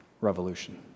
revolution